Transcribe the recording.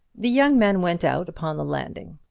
the young men went out upon the landing.